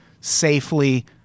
safely